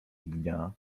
dnia